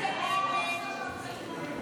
הסתייגות 57 לחלופין ג לא נתקבלה.